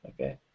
Okay